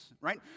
right